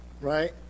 right